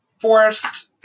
Forest